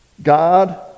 God